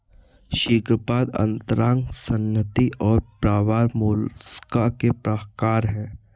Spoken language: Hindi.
शीर्शपाद अंतरांग संहति और प्रावार मोलस्का के प्रकार है